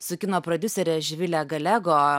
su kino prodiuserė živile galego